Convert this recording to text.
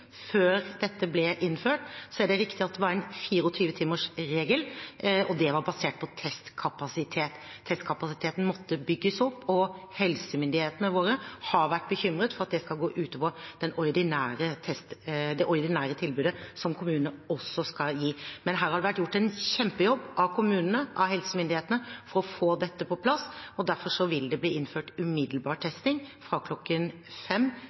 før dette ble innført. Så er det riktig at det var en 24-timers regel, og det var basert på testkapasitet. Testkapasiteten måtte bygges opp, og helsemyndighetene våre har vært bekymret for at det skal gå ut over det ordinære tilbudet som kommunene også skal gi. Men her har det vært gjort en kjempejobb av kommunene og av helsemyndighetene for å få dette på plass, og derfor vil det bli innført umiddelbar testing fra